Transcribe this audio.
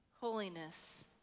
holiness